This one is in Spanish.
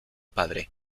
padre